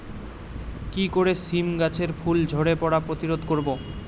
কি করে সীম গাছের ফুল ঝরে পড়া প্রতিরোধ করব?